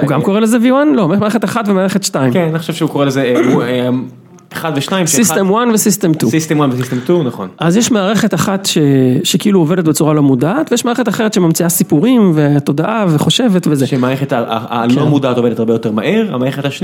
הוא גם קורא לזה V1? לא, מערכת אחת ומערכת שתיים. כן, אני חושב שהוא קורא לזה... אחד ושתיים. System 1 וSystem 2כן.System1 ו-System 2, נכון. אז יש מערכת אחת שכאילו עובדת בצורה לא מודעת, ויש מערכת אחרת שממציאה סיפורים ותודעה וחושבת וזה. שמערכת הלא מודעת עובדת הרבה יותר מהר, המערכת השנייה...